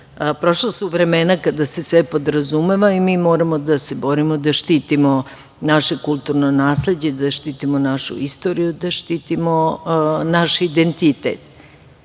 prošla su vremena kada se sve podrazumeva i moramo da se borimo da štitimo naše kulturno nasleđe, da štitimo našu istoriju, da štitimo naš identitet.